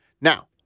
Now